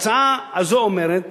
ההצעה הזו אומרת